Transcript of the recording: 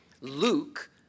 Luke